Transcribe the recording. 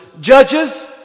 judges